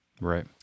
Right